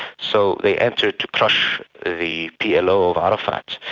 so they entered to crush the plo of arafat.